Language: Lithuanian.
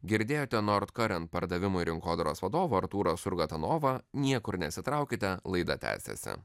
girdėjote nord karent pardavimų ir rinkodaros vadovą artūrą surgatanovą niekur nesitraukite laida tęsiasi